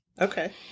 Okay